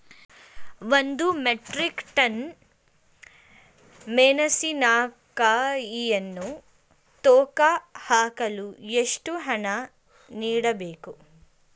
ಒಂದು metric ton ಮೆಣಸಿನಕಾಯಿಯನ್ನು ತೂಕ ಹಾಕಲು ಎಷ್ಟು ಹಣ ನೀಡಬೇಕು?